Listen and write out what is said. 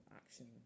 action